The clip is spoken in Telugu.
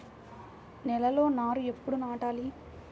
నేలలో నారు ఎప్పుడు నాటాలి?